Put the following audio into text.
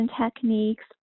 techniques